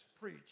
preach